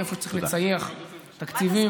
ואיפה שצריך לצייח תקציבים,